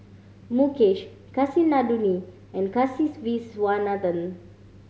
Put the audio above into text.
Mukesh Kasinadhuni and Kasiviswanathan